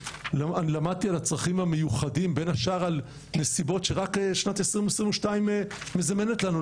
ולמדתי את הצרכים המיוחדים בין השאר הנסיבות שרק 2022 מזמנת לנו,